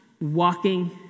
walking